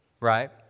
right